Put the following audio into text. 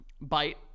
Bite